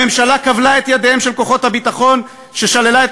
2. הממשלה כבלה את ידיהם של כוחות הביטחון ושללה את